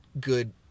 good